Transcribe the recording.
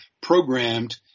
programmed